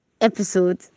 episode